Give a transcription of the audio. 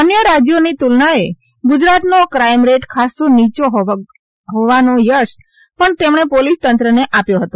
અન્ય રાજ્યોની તુલનાએ ગુજરાતનો ક્રાઇમ રેટ ખાસ્સો નીચો હોવાનો યશ પણ પોલીસતંત્રને તેમણે આપ્યો હતો